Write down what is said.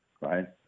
Right